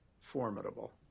formidable